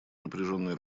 напряженной